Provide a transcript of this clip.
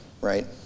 right